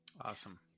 Awesome